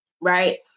Right